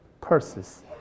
purses